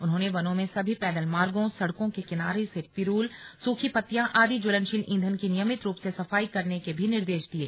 उन्होंने वनों में सभी पैदल मार्गों सड़कों के किनारे से पिरूल सुखी पत्तियां आदि ज्वलनशील ईधन की नियमित रूप से सफाई करने के भी निर्देश दिये